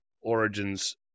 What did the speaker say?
Origins